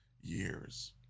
years